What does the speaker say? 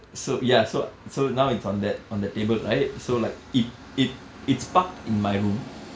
so ya so so now it's on that on the table right so like it it it's parked in my room